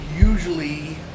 usually